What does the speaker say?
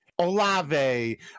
Olave